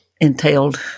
entailed